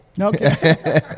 Okay